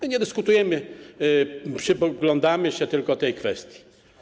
My nie dyskutujemy, przyglądamy się tylko tej kwestii.